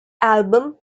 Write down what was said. album